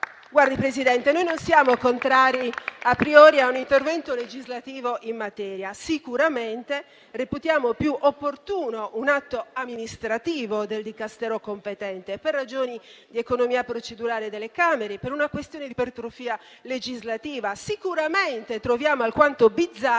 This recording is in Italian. Guardi, Presidente, noi non siamo contrari a priori a un intervento legislativo in materia, ma sicuramente reputiamo più opportuno un atto amministrativo del Dicastero competente, per ragioni di economia procedurale delle Camere e per una questione di ipertrofia legislativa. Sicuramente troviamo alquanto bizzarro